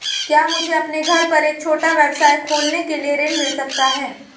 क्या मुझे अपने घर पर एक छोटा व्यवसाय खोलने के लिए ऋण मिल सकता है?